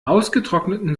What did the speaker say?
ausgetrockneten